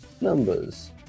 numbers